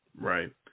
Right